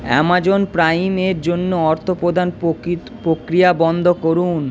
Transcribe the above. Amazon প্রাইমের জন্য অর্থপ্রদান প্রকৃত প্রক্রিয়া বন্ধ করুন